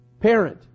parent